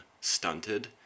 stunted